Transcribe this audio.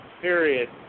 period